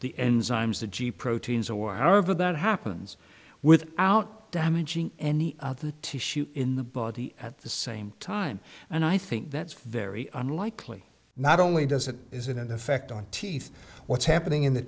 the enzymes the g proteins or however that happens without damaging any of the tissue in the body at the same time and i think that's very unlikely not only does it is it an effect on teeth what's happening in the